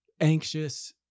anxious